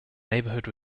neighborhood